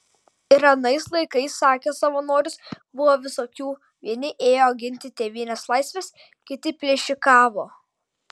ir anais laikais sakė savanoris buvo visokių vieni ėjo ginti tėvynės laisvės kiti plėšikavo